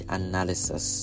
analysis